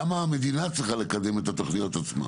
למה המדינה צריכה לקדם את התוכניות עצמן?